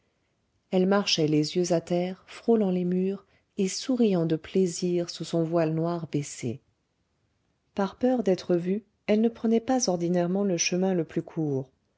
elle marchait les yeux à terre frôlant les murs et souriant de plaisir sous son voile noir baissé par peur d'être vue elle ne prenait pas ordinairement le chemin le plus court